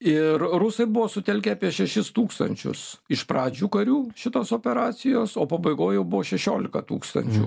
ir rusai buvo sutelkė apie šešis tūkstančius iš pradžių karių šitos operacijos o pabaigoj jau buvo šešiolika tūkstančių